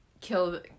kill